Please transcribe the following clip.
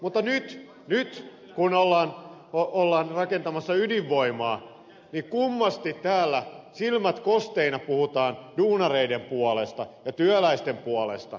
mutta nyt kun ollaan rakentamassa ydinvoimaa niin kummasti täällä silmät kosteina puhutaan duunareiden puolesta ja työläisten puolesta